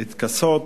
להתכסות